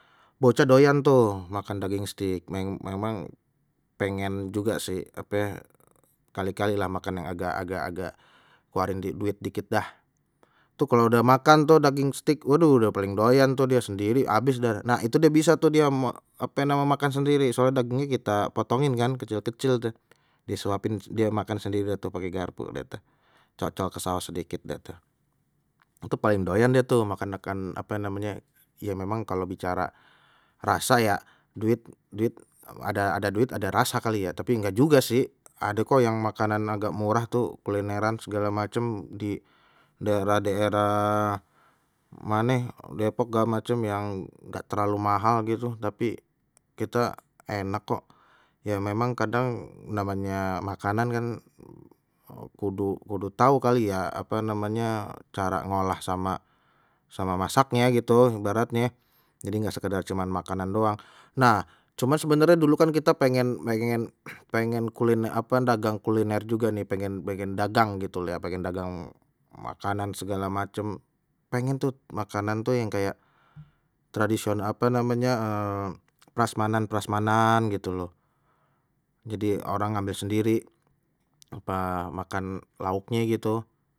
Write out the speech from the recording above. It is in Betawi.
Bocah doyan tuh makan daging steak, memang pengen juga sih apa kali kali lah makan yang agak agak agak keluarin duit dikit dah, tuh kalau udah makan tuh daging steak waduh udah paling doyan tuh dia sendiri abis deh nah itu dia bisa tuh dia ape name makan sendiri, soalnya dagingnya kita potongin kan kecil kecil deh disuapin dia makan sendiri atau pakai garpu deh tu cocol ke saos sedikit dah tuh, entu paling doyan dia tuh makan makan ape namanye ya memang kalau bicara rasa ya duit duit ada ada duit ada rasa kali ya, tapi nggak juga sih ada kok yang makanan agak murah tuh kulineran segala macam di daerah daerah mane depok gala macam yang nggak terlalu mahal gitu tapi kita enak kok, ya memang kadang namanya makanan kan kudu kudu tahu kali ya apa namanya cara ngolah sama sama masaknya gitu ibaratnye jadi nggak sekedar cuman makanan doang, nah cuman sebenarnye dulu kan kita pengen pengen pengen kuliner apa dagang kuliner juga nih pengen pengen dagang gitu la ya pengen dagang makanan segala macam pengen tuh makanan tuh yang kayak tradisional apa namanya prasmanan prasmanan gitu loh jadi orang ngambil sendiri apa makan lauknye gitu.